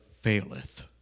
faileth